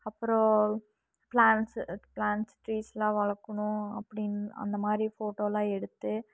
அப்புறம் plants plants ட்ரீஸ்லாம் வளர்க்கணும் அப்படி அந்தமாதிரி ஃபோட்டோலாம் எடுத்து